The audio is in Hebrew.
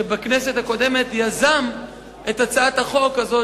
שבכנסת הקודמת יזם את הצעת החוק הזאת,